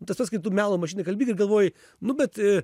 tas pats kaip tu melo mašinai kalbi ir galvoji nu bet